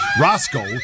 Roscoe